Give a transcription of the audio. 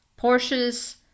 Porsches